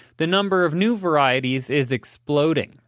the number of new varieties is exploding.